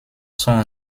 sont